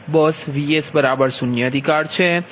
તેથી આ બસ Vk0 અધિકાર છે